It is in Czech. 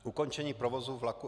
Ukončení provozu vlaku